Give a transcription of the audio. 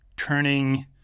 turning